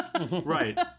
Right